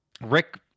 Rick